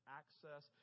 access